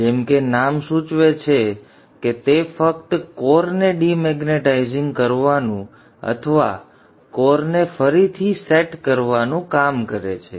જેમ કે નામ સૂચવે છે કે તે ફક્ત કોરને ડિમેગ્નેટાઇઝ કરવાનું અથવા કોરને ફરીથી સેટ કરવાનું કામ કરે છે